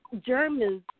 Germans